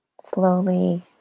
slowly